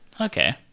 Okay